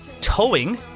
towing